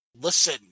Listen